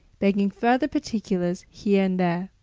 begging further particulars here and there.